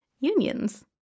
Unions